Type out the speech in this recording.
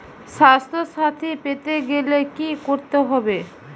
স্বাস্থসাথী পেতে গেলে কি করতে হবে?